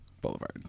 boulevard